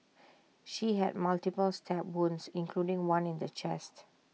she had multiple stab wounds including one in the chest